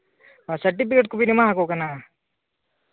ᱟᱨ certificate ᱠᱚᱵᱤᱱ ᱮᱢᱟ ᱟᱠᱚ ᱠᱟᱱᱟ